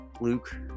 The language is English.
Luke